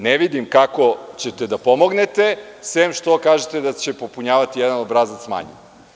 Ne vidim kako ćete da pomognete, sem što kažete da će popunjavati jedan obrazac manje.